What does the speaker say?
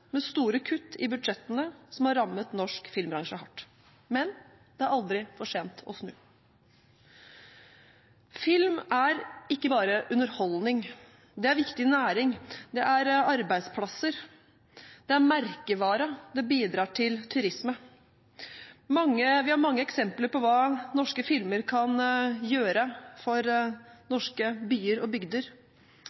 med store kutt i budsjettene, som har rammet norsk filmbransje hardt. Men det er aldri for sent å snu. Film er ikke bare underholdning, det er en viktig næring, det er arbeidsplasser, det er merkevare, det bidrar til turisme. Vi har mange eksempler på hva norske filmer kan gjøre for norske byer og bygder.